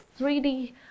3D